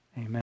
amen